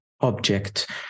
object